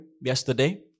yesterday